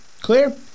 Clear